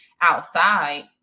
outside